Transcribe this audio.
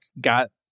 got